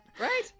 Right